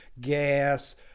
gas